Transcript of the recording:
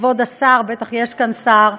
כבוד השר, בטח יש כאן שר,